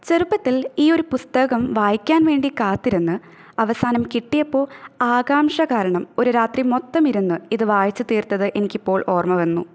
ചെറുപ്പത്തില് ഈയൊരു പുസ്തകം വായിക്കാന് വേണ്ടി കാത്തിരുന്ന് അവസാനം കിട്ടിയപ്പോൾ ആകാംക്ഷ കാരണം ഒരു രാത്രി മൊത്തമിരുന്നു ഇത് വായിച്ചു തീര്ത്തത് എനിക്കിപ്പോള് ഓര്മ വന്നു